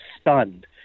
stunned